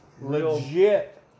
legit